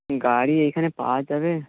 গাড়ি এইখানে পাওয়া যাবে